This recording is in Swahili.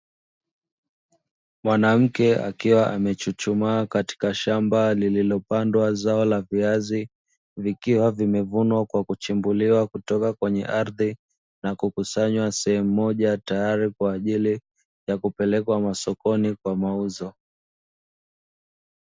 Mwanamke akiwa amechuchumaa katika shamba lililopandwa zao la viazi, vikiwa vimevunwa kwa kuchimbuliwa kutoka kwenye aridhi na kukusanywa sehemu moja tayari kwa ajili ya kupelekwa masokoni kwa mauzo.